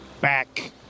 back